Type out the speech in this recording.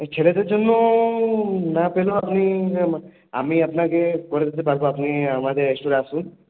ছেলেদের জন্য না পেলেও আপনি আমি আপনাকে করে দিতে পারবো আপনি আমাদের স্টোরে আসুন